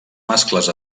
mascles